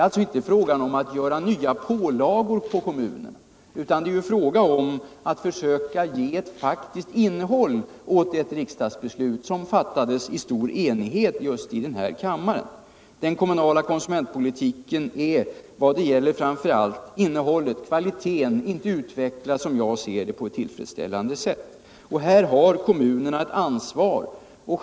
Det är inte fråga om att lägga nya pålagor på kommunerna, utan det är fråga om att försöka ge ett faktiskt innehåll åt ett riksdagsbeslut som fattades i stor enighet här i kammaren. Den kommunala konsumentpolitiken är vad det gäller framför allt innehållet, kvaliteten, enligt min mening inte utvecklad på ett tillfredsställande sätt. Här har kommunerna ett särskilt ansvar.